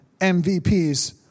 MVPs